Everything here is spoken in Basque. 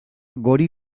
gori